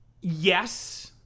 Yes